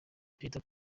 perezida